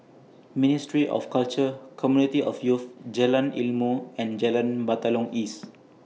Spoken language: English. Ministry of Culture Community of Youth Jalan Ilmu and Jalan Batalong East